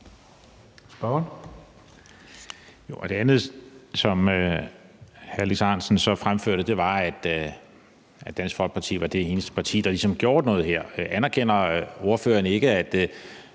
det andet, som hr. Alex Ahrendtsen så fremførte, var, at Dansk Folkeparti var det eneste parti, der ligesom gjorde noget her. Anerkender ordføreren ikke, at